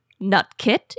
Nutkit